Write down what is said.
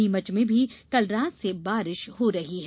नीमच में भी कल रात से बारिश हो रही है